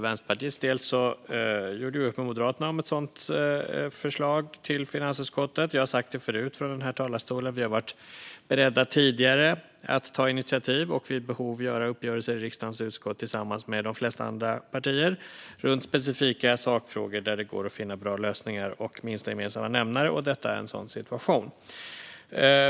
Vänsterpartiet gjorde upp med Moderaterna om ett sådant förslag till finansutskottet. Som jag sagt förut i den här talarstolen har vi varit beredda tidigare att ta initiativ och vid behov göra uppgörelser i riksdagens utskott tillsammans med de flesta andra partier i specifika sakfrågor där det går att finna bra lösningar och minsta gemensamma nämnare. Detta är en sådan situation.